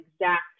exact